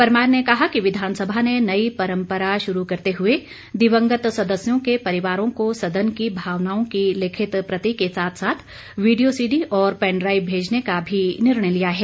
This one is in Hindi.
परमार ने कहा कि विधानसभा ने नई परम्परा शुरू करते हुए दिवंगत सदस्यों के परिवारों को सदन की भावनाओं की लिखित प्रति के साथ साथ वीडियो सीडी और पैनडाईव भेजने का भी निर्णय लिया है